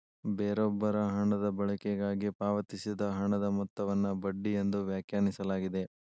ಬೇರೊಬ್ಬರ ಹಣದ ಬಳಕೆಗಾಗಿ ಪಾವತಿಸಿದ ಹಣದ ಮೊತ್ತವನ್ನು ಬಡ್ಡಿ ಎಂದು ವ್ಯಾಖ್ಯಾನಿಸಲಾಗಿದೆ